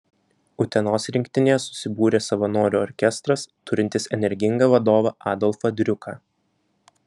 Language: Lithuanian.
utenos rinktinėje susibūrė savanorių orkestras turintis energingą vadovą adolfą driuką